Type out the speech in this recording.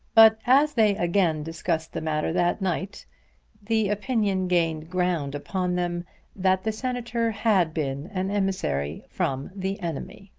but as they again discussed the matter that night the opinion gained ground upon them that the senator had been an emissary from the enemy.